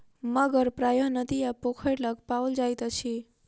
मगर प्रायः नदी आ पोखैर लग पाओल जाइत अछि